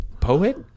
poet